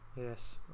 Yes